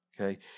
Okay